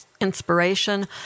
inspiration